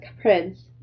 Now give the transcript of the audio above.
Prince